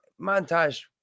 Montage